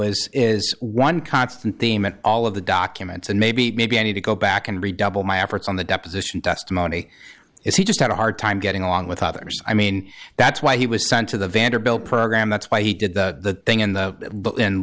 as is one constant theme at all of the documents and maybe maybe i need to go back and redouble my efforts on the deposition testimony is he just had a hard time getting on with other i mean that's why he was sent to the vanderbilt program that's why he did the thing in the